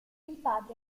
padre